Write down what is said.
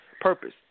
Purpose